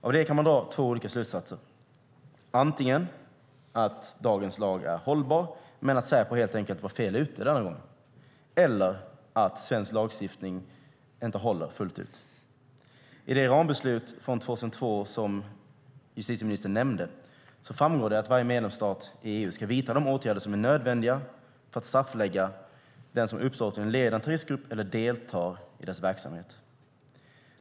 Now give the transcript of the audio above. Av detta kan man dra två olika slutsatser, antingen att dagens lag är hållbar men att Säpo helt enkelt var fel ute denna gång, eller att svensk lagstiftning inte håller fullt ut. I det rambeslut från 2002 som justitieministern nämnde framgår det att varje medlemsstat i EU ska vidta de åtgärder som är nödvändiga för att straffbelägga den som uppsåtligen leder en terroristgrupp eller deltar i dess verksamhet.